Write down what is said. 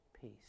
peace